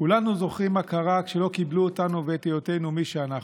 כולנו זוכרים מה קרה כשלא קיבלו אותנו ואת היותנו מי שאנחנו.